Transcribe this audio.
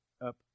up